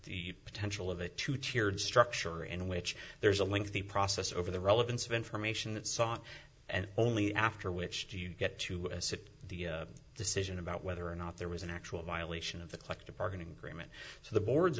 this potential of a two tiered structure in which there is a lengthy process over the relevance of information that sought and only after which do you get to sit the decision about whether or not there was an actual violation of the collective bargaining agreement so the board